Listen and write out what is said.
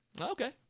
Okay